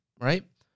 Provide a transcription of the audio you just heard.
right